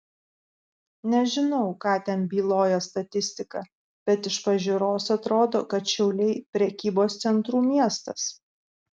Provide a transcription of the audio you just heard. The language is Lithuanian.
nežinau ką ten byloja statistika bet iš pažiūros atrodo kad šiauliai prekybos centrų miestas